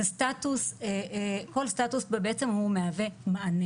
מבחינתנו, כל סטטוס מהווה מענה